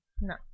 No